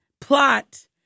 plot